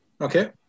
Okay